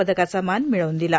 पदकाचा मान मिळवून दिला